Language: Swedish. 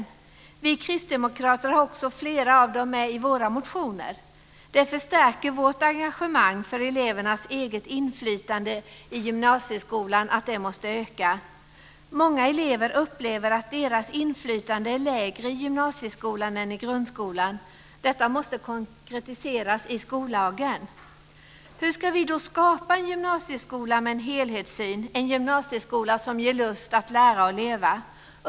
Vi kristdemokrater har också flera av dem med i våra motioner. Detta förstärker vårt engagemang för att öka elevernas eget inflytande i gymnasieskolan. Många elever upplever att deras inflytande är mindre i gymnasieskolan än i grundskolan. Detta inflytande måste konkretiseras i skollagen. Hur ska vi då skapa en gymnasieskola med en helhetssyn, en gymnasieskola som ger lust att lära och leva?